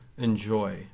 enjoy